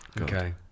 Okay